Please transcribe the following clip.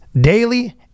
daily